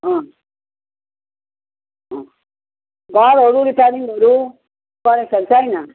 अँ अँ घरहरू रिपायरिङहरू गरेको छ कि छैन